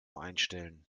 einstellen